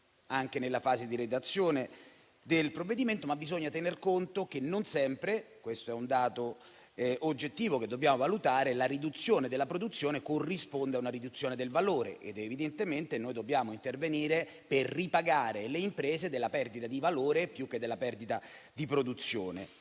anche nella fase di redazione del provvedimento, ma bisogna tener conto che non sempre - questo è un dato oggettivo che dobbiamo valutare - la riduzione della produzione corrisponde a una riduzione del valore. Evidentemente noi dobbiamo intervenire per ripagare le imprese della perdita di valore più che della perdita di produzione,